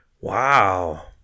Wow